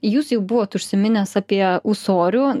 jūs jau buvot užsiminęs apie ūsorių